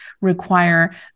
require